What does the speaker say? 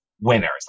winners